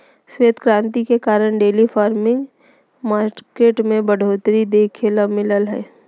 श्वेत क्रांति के कारण डेयरी फार्मिंग मार्केट में बढ़ोतरी देखे ल मिललय हय